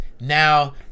now